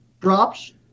drops